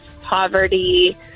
poverty